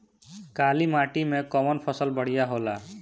काली माटी मै कवन फसल बढ़िया होला?